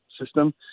system